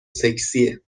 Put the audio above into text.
سکسیه